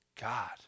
God